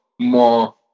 more